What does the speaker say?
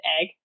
egg